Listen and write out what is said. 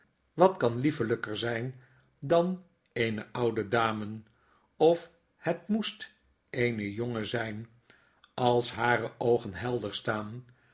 wat kan liefelijker zijn dan eene oude dame of het moest eene jonge zijn als hare oogen helder staan